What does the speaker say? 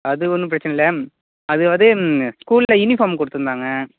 அது ஒன்றும் பிரச்சினை இல்லை அதாவது ஸ்கூல்லில் யூனிஃபார்ம் கொடுத்துருந்தாங்க